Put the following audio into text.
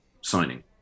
signing